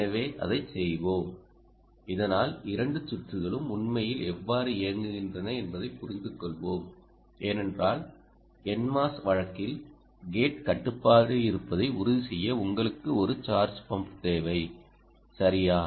எனவே அதைச் செய்வோம் இதனால் இரண்டு சுற்றுகளும் உண்மையில் எவ்வாறு இயங்குகின்றன என்பதைப் புரிந்து கொள்வோம் ஏனென்றால் NMOS வழக்கில் கேட் கட்டுப்பாடு இருப்பதை உறுதி செய்ய உங்களுக்கு ஒரு சார்ஜ் பம்பு தேவை சரியா